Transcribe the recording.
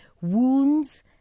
wounds